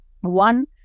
One